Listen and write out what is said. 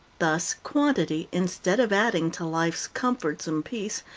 thus quantity, instead of adding to life's comforts and peace,